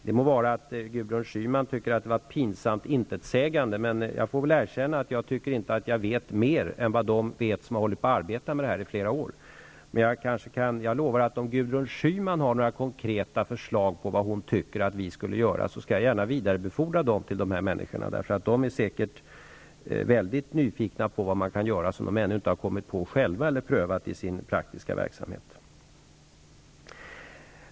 Det må vara att Gudrun Schyman tyckte att svaret var pinsamt intetsägande -- jag får väl erkänna att jag inte tycker att jag vet mer än vad de vet som har arbetat med det här i flera år. Men jag lovar att om Gudrun Schyman har några konkreta förslag till vad vi skall göra skall jag gärna vidarebefordra dem; de är säkert mycket nyfikna på vad man kan göra som de ännu inte kommit på själva eller prövat i sin praktiska verksamhet.